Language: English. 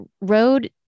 Road